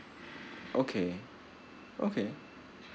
okay okay